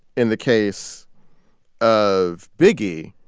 in the case of biggie,